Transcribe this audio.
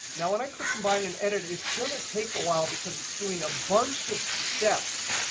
now, when i click combine and edit it's going to take a while, because it's doing a bunch of steps.